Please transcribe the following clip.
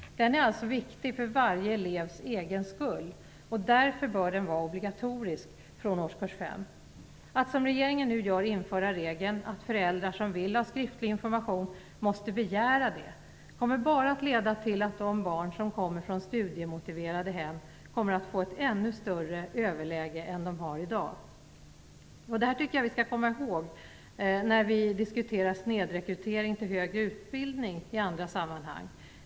Den är alltså viktig för varje elevs egen skull. Därför bör den vara obligatorisk från årskurs 5. Att som regeringen nu gör införa regeln att föräldrar som vill ha skriftlig information måste begära det kommer bara att leda till att de barn som kommer från studiemotiverade hem kommer att få ett ännu större överläge än de har i dag. Jag tycker att vi skall komma ihåg detta när vi diskuterar snedrekrytering till högre utbildning i andra sammanhang.